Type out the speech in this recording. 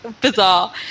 bizarre